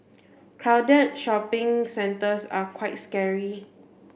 crowded shopping centres are quite scary